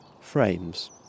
frames